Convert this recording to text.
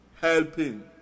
helping